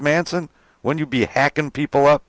manson when you'd be hacking people up